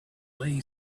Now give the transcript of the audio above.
lay